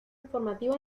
informativo